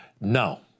No